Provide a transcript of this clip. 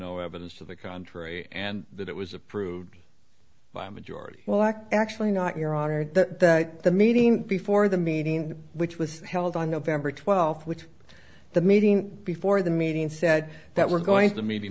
no evidence to the contrary and that it was approved by a majority well act actually not your honor that the meeting before the meeting which was held on nov twelfth which the meeting before the meeting said that we're going to m